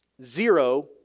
zero